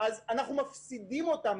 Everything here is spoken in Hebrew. אז אנחנו מפסידים אותם.